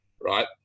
Right